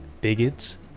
Bigots